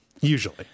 usually